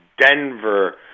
Denver